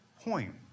point